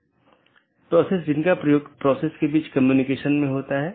प्रत्येक AS के पास इष्टतम पथ खोजने का अपना तरीका है जो पथ विशेषताओं पर आधारित है